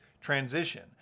transition